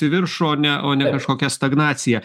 į viršų o ne o ne kažkokia stagnacija